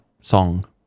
Song